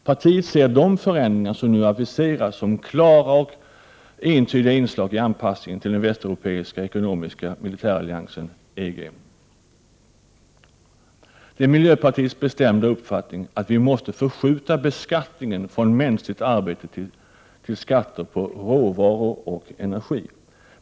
Partiet ser de förändringar som nu aviseras som klara och entydiga inslag i anpassningen till den västeuropeiska ekonomioch militäralliansen EG. Det är miljöpartiet de grönas bestämda uppfattning att vi måste förskjuta beskattningen från mänskligt arbete till råvaror och energi.